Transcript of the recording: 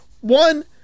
one